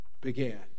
began